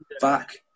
back